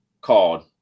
called